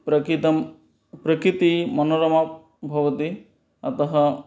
प्रकितं प्रकृतिः मनोरमा भवति अतः